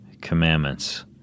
commandments